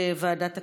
לוועדת הכספים.